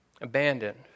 abandoned